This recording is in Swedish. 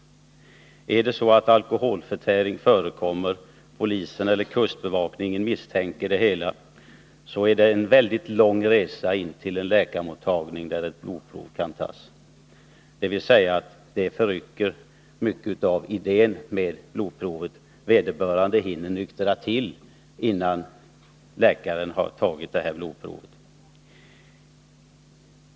Misstänker polisen eller kustbevakningen att alkoholförtäring förekommit, har man en lång resa in till en läkarmottagning där blodprov kan tas. Det förtar effekten av ett blodprov — vederbörande hinner nyktra till innan läkaren tagit provet.